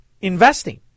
investing